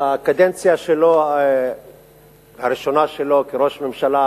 בקדנציה הראשונה שלו כראש ממשלה